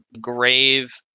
grave